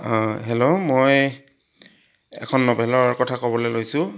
hello মই এখন নভেলৰ কথা ক'বলৈ লৈছোঁ